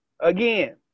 again